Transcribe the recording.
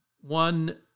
one